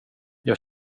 jag